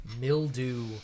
mildew